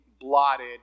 blotted